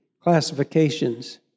classifications